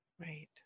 Right